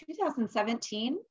2017